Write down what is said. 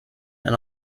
and